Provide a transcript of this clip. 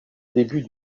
début